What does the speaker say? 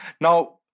now